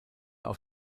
auf